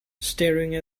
staring